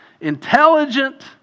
intelligent